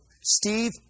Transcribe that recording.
Steve